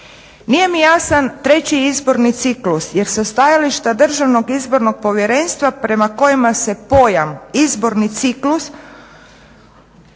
Nije mi jasan treći izborni ciklus jer sa stajališta DIP-a prema kojima se pojam izborni ciklus